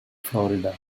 florida